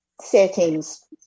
settings